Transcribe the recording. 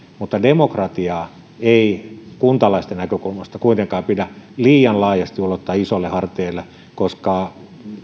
mutta demokratiaa ei kuntalaisten näkökulmasta kuitenkaan pidä liian laajasti ulottaa isoille harteille koska